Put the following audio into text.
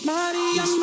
Maria